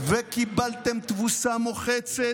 וקיבלתם תבוסה מוחצת,